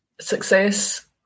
success